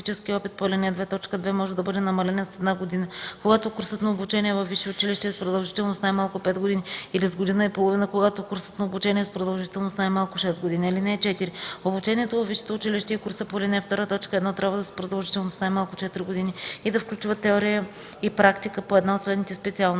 опит по ал. 2, т. 2 може да бъде намалена с една година, когато курсът на обучение във висше училище е с продължителност най-малко 5 години, или с година и половина - когато курсът на обучение е с продължителност най-малко 6 години. (4) Обучението във висшето училище и курса по ал. 2, т. 1 трябва да са с продължителност най-малко 4 години и да включват теория и практика по една от следните специалности: